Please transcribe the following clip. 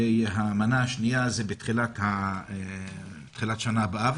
והמנה השנייה בתחילת שנה הבאה.